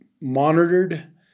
monitored